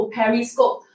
Periscope